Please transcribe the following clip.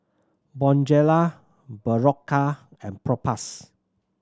Bonjela Berocca and Propass